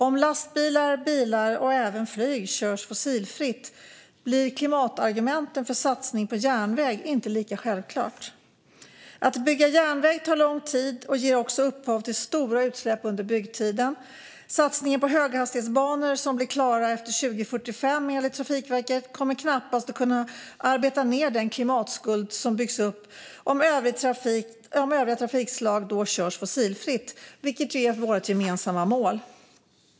Om lastbilar, bilar och även flyg körs fossilfritt blir ju klimatargumenten för satsning på järnväg inte lika självklara. Att bygga järnväg tar lång tid och ger också upphov till stora utsläpp under byggtiden. Satsningen på höghastighetsbanor som enligt Trafikverket blir klara efter 2045 kommer knappast att kunna arbeta bort den klimatskuld som byggs upp om övriga trafikslag då körs fossilfritt, vilket ju är vårt gemensamma mål.